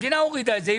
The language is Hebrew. המדינה הורידה את זה.